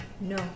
No